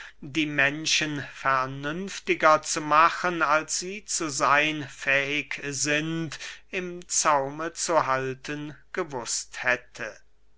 die menschen vernünftiger zu machen als sie zu seyn fähig sind im zaume zu halten gewußt hätte